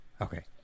Okay